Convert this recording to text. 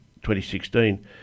2016